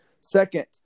second